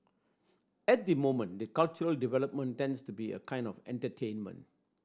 at the moment the cultural development tends to be a kind of entertainment